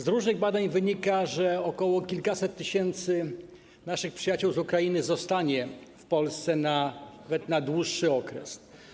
Z różnych badań wynika, że około kilkuset tysięcy naszych przyjaciół z Ukrainy zostanie w Polsce na dłuższy okres.